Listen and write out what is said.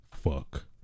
fuck